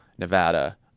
Nevada